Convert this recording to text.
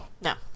No